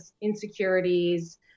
insecurities